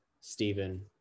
stephen